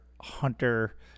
hunter